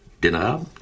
Dinner